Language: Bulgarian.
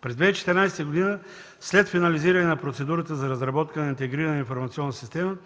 През 2014 г. вследствие реализирането на процедурата за разработка на интегрирана информационна система